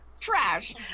Trash